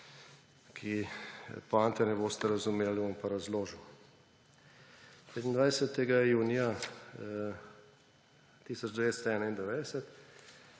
če poante ne boste razumeli, jo bom pa razložil. 25. junija 1991